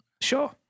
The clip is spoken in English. Sure